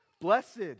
Blessed